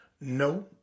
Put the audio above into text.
No